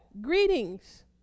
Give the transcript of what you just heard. Greetings